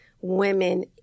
women